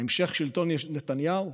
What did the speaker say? המשך שלטון נתניהו?